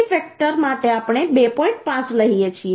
5 લઈએ છીએ